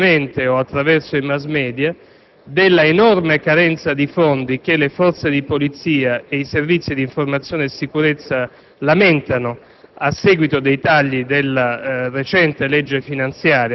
Tutti noi abbiamo inoltre appreso, direttamente o attraverso i *mass media*, dell'enorme carenza di fondi che le forze di polizia ed i Servizi di informazione e sicurezza lamentano